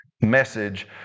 message